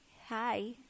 Hi